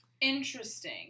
Interesting